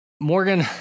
morgan